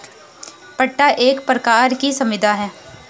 पट्टा एक प्रकार की संविदा है